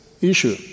issue